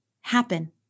happen